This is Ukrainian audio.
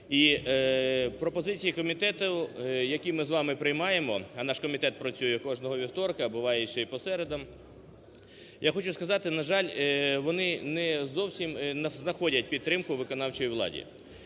І пропозиції комітету, які ми з вами приймаємо, а наш комітет працює кожного вівторка, буває, що і по середам, я хочу сказати, на жаль, вони не зовсім знаходять підтримку у виконавчій владі.